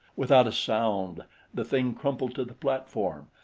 without a sound the thing crumpled to the platform,